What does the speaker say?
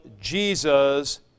Jesus